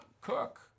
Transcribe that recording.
cook